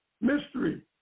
mystery